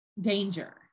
danger